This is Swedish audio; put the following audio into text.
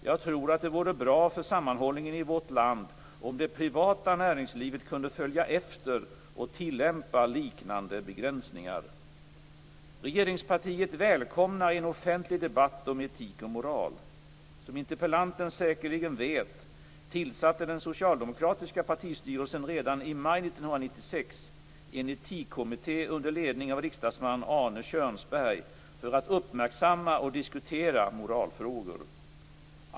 Jag tror att det vore bra för sammanhållningen i vårt land om det privata näringslivet kunde följa efter och tillämpa liknande begränsningar. Regeringspartiet välkomnar en offentlig debatt om etik och moral. Som interpellanten säkerligen vet tillsatte den socialdemokratiska partistyrelsen redan i maj 1996 en etikkommitté under ledning av riksdagsman Arne Kjörnsberg för att uppmärksamma och diskutera moralfrågor.